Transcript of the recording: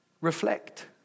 Reflect